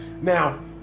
now